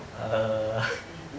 uh